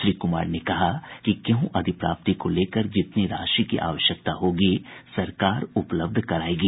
श्री कुमार ने कहा कि गेहूं अधिप्राप्ति को लेकर जितनी राशि की आवश्यकता होगी सरकार उपलब्ध करायेगी